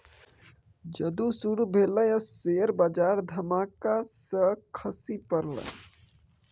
जुद्ध शुरू भेलै आ शेयर बजार धड़ाम सँ खसि पड़लै